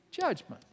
judgment